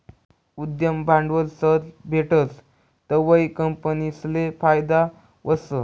उद्यम भांडवल सहज भेटस तवंय कंपनीसले फायदा व्हस